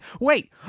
Wait